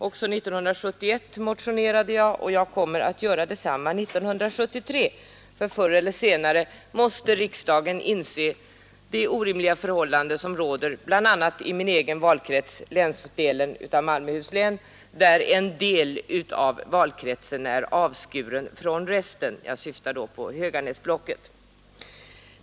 Också 1971 motionerade jag, och jag kommer att göra detsamma 1973, för förr eller senare måste riksdagen inse det orimliga i de förhållanden som råder bl.a. i min egen valkrets, länsdelen av Malmöhus län, där en del av valkretsen är avskuren från resten — jag syftar då på Höganäsblocket.